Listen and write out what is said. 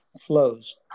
flows